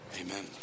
Amen